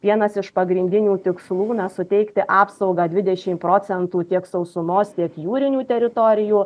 vienas iš pagrindinių tikslų suteikti apsaugą divdešimt procentų tiek sausumos tiek jūrinių teritorijų